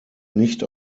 nicht